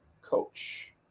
coach